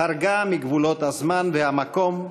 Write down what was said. חרגה מגבולות הזמן והמקום,